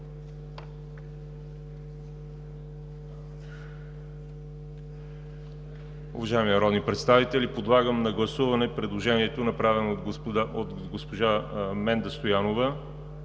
Уважаеми народни представители, подлагам на гласуване предложението, направено от госпожа Менда Стоянова,